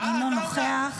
אינו נוכח.